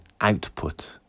output